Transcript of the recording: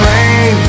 Rain